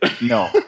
No